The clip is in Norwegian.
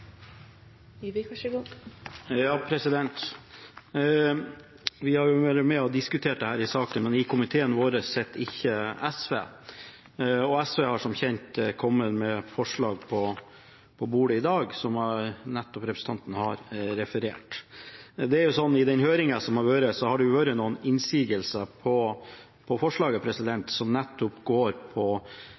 Vi har jo vært med og diskutert denne saken, men i komiteen vår sitter ikke SV, og SV har som kjent kommet med forslag på bordet i dag, som representanten nettopp har referert. I den høringa som har vært, har det vært noen innsigelser mot forslaget som nettopp går på